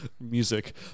music